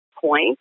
point